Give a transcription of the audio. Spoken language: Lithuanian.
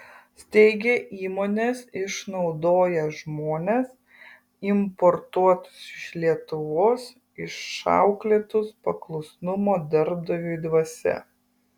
steigia įmones išnaudoja žmones importuotus iš lietuvos išauklėtus paklusnumo darbdaviui dvasia